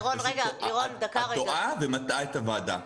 את טועה ומטעה את הוועדה.